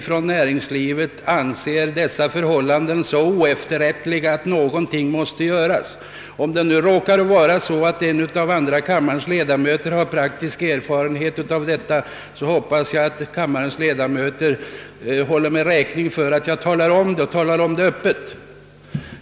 Från näringslivets sida anser vi förhållandena så oefterrättliga att något måste göras, och om det råkar vara så att en av andra kammarens ledamöter har praktisk erfarenhet från detta område bör han också redogöra för denna. Jag hoppas därför att kammarens ledamöter håller mig räkning för att jag öppet gör det.